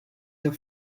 the